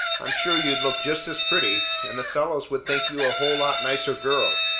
i'm sure you'd look just as pretty, and the fellows would think you a whole lot nicer girl.